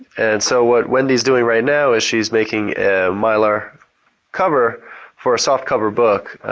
and so, what wendy is doing right now is she is making a mylar cover for a soft cover book.